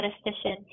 statistician